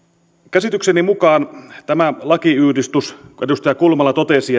käsitykseni mukaan tämä lakiuudistus kuten edustaja kulmala totesi